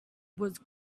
was